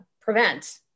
prevent